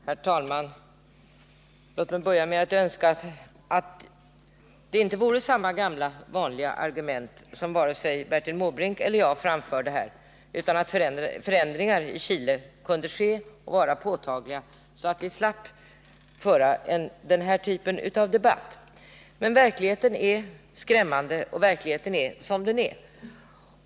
Herr talman! Låt mig börja med att önska att det inte vore samma gamla vanliga argument som Bertil Måbrink eller jag framförde här, utan att förändringar i Chile kunde ske och bli påtagliga, så att vi slapp föra den här typen av debatt. Men verkligheten är skrämmande, och verkligheten är som den är.